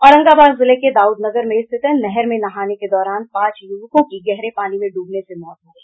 औरंगाबाद जिले के दाउदनगर में स्थित नहर में नहाने के दौरान पांच युवकों की गहरे पानी में ड्रबने से मौत हो गई